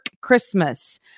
Christmas